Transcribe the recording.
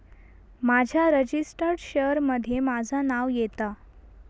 माझ्या registered share मध्ये माझा नाव येता